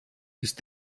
ist